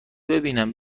ببینم